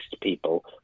people